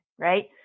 Right